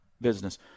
business